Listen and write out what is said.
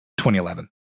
2011